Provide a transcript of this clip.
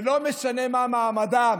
ולא משנה מה מעמדם,